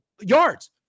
yards